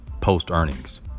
post-earnings